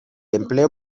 empleo